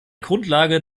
grundlage